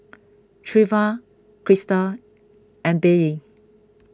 Treva Crista and Billye